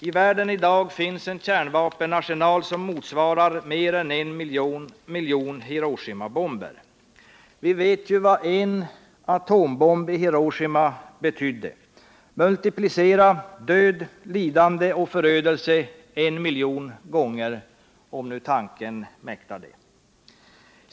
I världen i dag finns en kärnvapenarsenal som motsvarar mer än en miljon Hiroshimabomber. Vi vet ju vad en atombomb i Hiroshima betydde. Multiplicera död, lidande och förödelse en miljon gånger, om nu tanken mäktar detta.